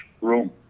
room